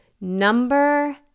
Number